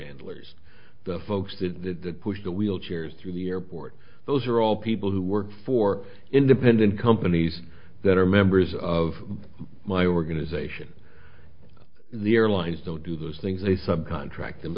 handlers the folks to push the wheelchairs through the airport those are all people who work for independent companies that are members of my organization the airlines don't do those things they subcontract